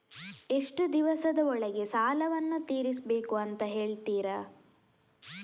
ಎಷ್ಟು ದಿವಸದ ಒಳಗೆ ಸಾಲವನ್ನು ತೀರಿಸ್ಬೇಕು ಅಂತ ಹೇಳ್ತಿರಾ?